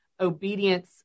obedience